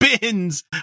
Bins